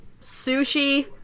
Sushi